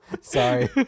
Sorry